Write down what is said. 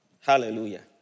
Hallelujah